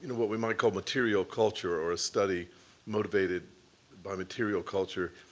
what we might call material culture, or a study motivated by material culture,